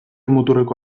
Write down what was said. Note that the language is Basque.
muturreko